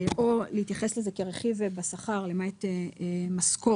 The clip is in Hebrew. או להתייחס לזה כרכיב בשכר למעט משכורת,